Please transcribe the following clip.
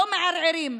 לא מערערים.